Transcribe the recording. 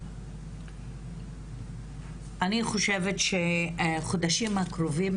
אני חושבת שחודשים הקרובים,